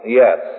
yes